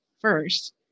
first